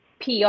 PR